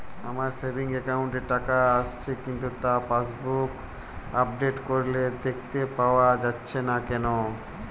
আমার savings account এ টাকা আসছে কিন্তু তা পাসবুক আপডেট করলে দেখতে পাওয়া যাচ্ছে না কেন?